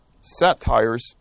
satires